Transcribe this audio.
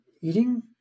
eating